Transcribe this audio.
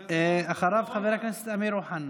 ואחריו, חבר הכנסת אמיר אוחנה.